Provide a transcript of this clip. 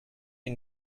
you